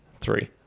Three